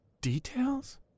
Details